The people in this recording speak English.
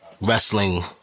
wrestling